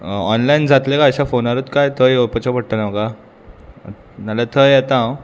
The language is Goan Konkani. ऑनलायन जातलें काय अश्या फोनारूत काय थंय येवपाचें पडटलें म्हाका नाल्या थंय येता हांव